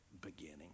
beginning